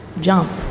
jump